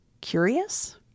curious